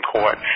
Court